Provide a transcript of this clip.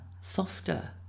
softer